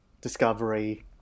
Discovery